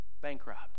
bankrupt